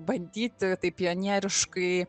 bandyti taip pionieriškai